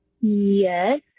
Yes